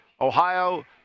Ohio